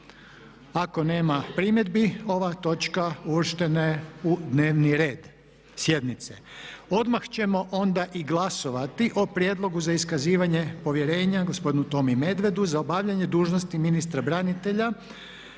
**Reiner, Željko (HDZ)** Odmah ćemo onda i glasovati o Prijedlogu za iskazivanje povjerenja gospodinu Tomi Medvedu za obavljanje dužnosti ministra branitelja.